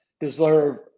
deserve